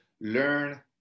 Learn